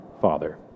Father